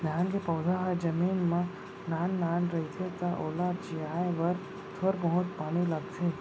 धान के पउधा ह जमीन म नान नान रहिथे त ओला जियाए बर थोर बहुत पानी लगथे